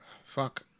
Fuck